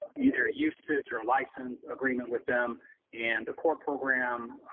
either usage or license agreement with them and the core program